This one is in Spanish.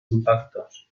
impactos